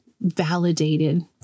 validated